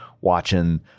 watching